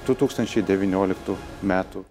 du tūkstančiai devynioliktų metų